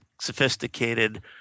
sophisticated